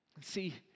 See